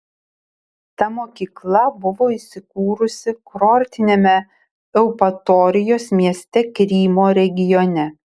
ta mokykla buvo įsikūrusi kurortiniame eupatorijos mieste krymo regione